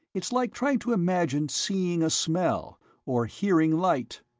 it's like trying to imagine seeing a smell or hearing light!